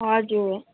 हजुर